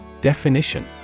Definition